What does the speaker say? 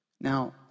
Now